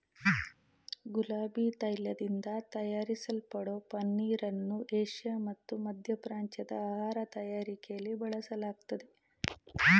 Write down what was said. ಗುಲಾಬಿ ತೈಲದಿಂದ ತಯಾರಿಸಲ್ಪಡೋ ಪನ್ನೀರನ್ನು ಏಷ್ಯಾ ಮತ್ತು ಮಧ್ಯಪ್ರಾಚ್ಯದ ಆಹಾರ ತಯಾರಿಕೆಲಿ ಬಳಸಲಾಗ್ತದೆ